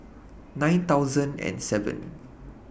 nine thousand and seven